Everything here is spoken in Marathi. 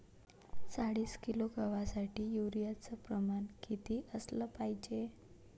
चाळीस किलोग्रॅम गवासाठी यूरिया च प्रमान किती असलं पायजे?